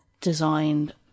designed